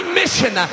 mission